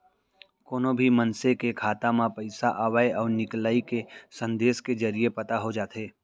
कोनो भी मनसे के खाता म पइसा अवइ अउ निकलई ह संदेस के जरिये पता हो जाथे